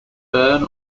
burn